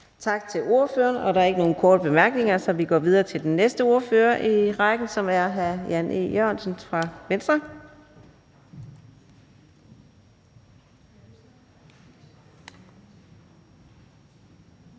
Tak til ordføreren. Der er ikke nogen korte bemærkninger, så vi går videre til den næste ordfører i rækken, som er hr. Peter Kofod fra Dansk